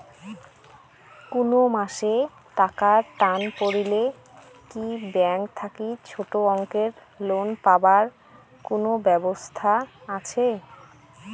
কুনো মাসে টাকার টান পড়লে কি ব্যাংক থাকি ছোটো অঙ্কের লোন পাবার কুনো ব্যাবস্থা আছে?